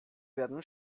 werden